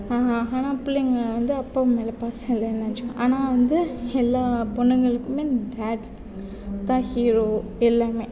ஆனால் பிள்ளைங்க வந்து அப்பா மேலே பாசம் இல்லைனு நினைச்சிப்பாங்க ஆனால் வந்து எல்லா பொண்ணுகளுக்குமே டேட் தான் ஹீரோ எல்லாமே